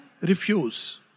refuse